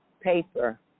paper